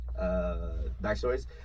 backstories